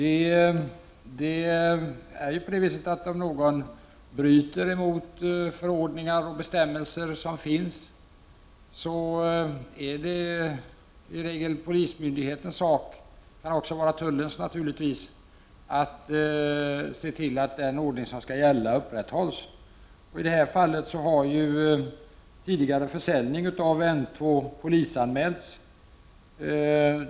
Om någon bryter mot förordningar och bestämmelser som finns, är det i regel polismyndighetens men kan också vara tullens uppgift att se till att den ordning som skall gälla upprätthålls. I det här fallet har ju tidigare försäljning av N2 polisanmälts.